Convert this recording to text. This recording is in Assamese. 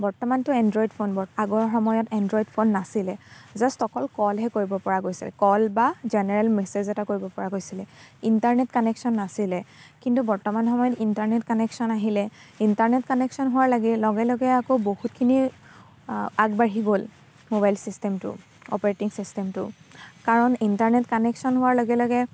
বৰ্তমানতো এণ্ড্ৰইড ফোন আগৰ সময়ত এণ্ড্ৰইড ফোন নাছিলে জাষ্ট অকল কল হে কৰিব পৰা গৈছিলে কল বা জেনেৰেল মেছেজ এটা কৰিব পৰা গৈছিলে ইণ্টাৰনেট কানেকশ্যন নাছিলে কিন্তু বৰ্তমান সময়ত ইণ্টাৰনেট কানেকশ্যন আহিলে ইণ্টাৰনেট কানেকশ্যন হোৱাৰ লাগে লগে লগে আকৌ বহুতখিনি আগবাঢ়ি গ'ল মোবাইল ছিষ্টেমটো অপাৰেটিং ছিষ্টেমটো কাৰণ ইণ্টাৰনেট কানেকশ্যন হোৱাৰ লগে লগে